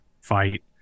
fight